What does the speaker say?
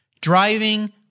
Driving